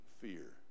fear